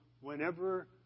whenever